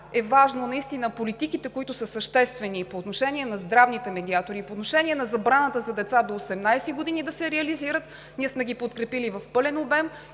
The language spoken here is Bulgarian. е важно наистина политиките, които са съществени по отношение на здравните медиатори, по отношение на забраната за деца до 18 години, да се реализират. Ние сме ги подкрепили в пълен обем